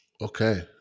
Okay